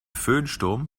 föhnsturm